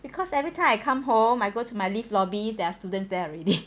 because everytime I come home I go to my lift lobby there are students there already